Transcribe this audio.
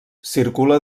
circula